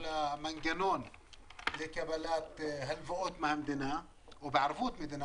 המנגנון לקבלת הלוואות מהמדינה או בערבות מדינה,